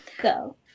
Go